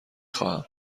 خواهم